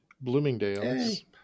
Bloomingdale's